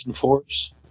Force